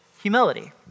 Humility